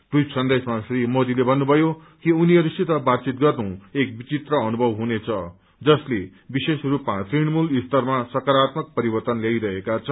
tweet सन्देशमा श्री मोदीले भन्नुभयो कि उनीहरूसित बातचित गर्नु एक विचित्र अनुभव हुनेछ जसते विश्वेष स्रपमा तृणमूल स्तरमा सकारात्मक परिवर्त्तन ल्याइरहेका छन्